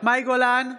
מאי גולן,